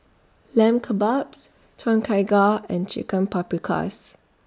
Lamb Kebabs Tom Kha Gai and Chicken Paprikas